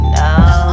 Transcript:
now